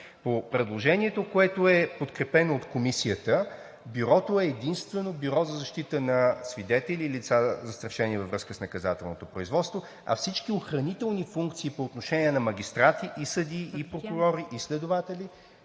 По предложението, което е подкрепено от Комисията, Бюрото е единствено бюро за защита на свидетели и лица, застрашени във връзка с наказателното производство, а всички охранителни функции по отношение на магистрати, съдии, прокурори и следователи